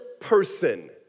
person